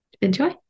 enjoy